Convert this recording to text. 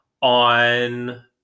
on